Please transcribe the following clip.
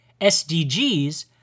SDGs